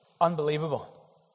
Unbelievable